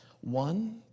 One